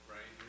Right